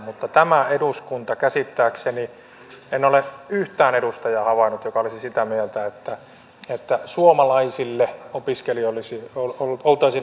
mutta tässä eduskunnassa käsittääkseni en ole havainnut yhtään edustajaa joka olisi sitä mieltä että suomalaisille opiskelijoille oltaisiin avaamassa lukukausimaksuja